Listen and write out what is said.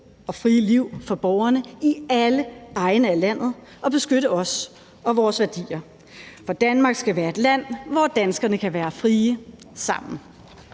og frie liv for borgerne i alle egne af landet og beskytte os og vores værdier. For Danmark skal være et land, hvor danskerne kan være frie sammen.